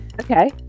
Okay